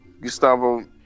Gustavo